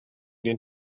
den